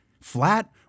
flat